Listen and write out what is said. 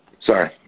Sorry